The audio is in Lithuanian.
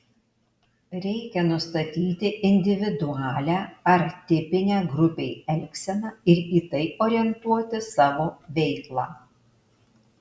reikia nustatyti individualią ar tipinę grupei elgseną ir į tai orientuoti savo veiklą